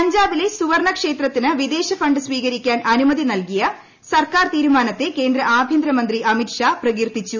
പഞ്ചാബിലെ സുവിർണ്ണ് ക്ഷേത്രത്തിന് വിദേശ ഫണ്ട് സ്വീകരിക്കാൻ അനുമതി നൽകിയ സർക്കാർ തീരുമാനത്തെ കേന്ദ്ര ആഭ്യന്തര മന്ത്രി അമിത് ഷാ പ്രകീർത്തിച്ചു